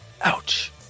Ouch